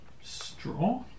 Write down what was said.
straw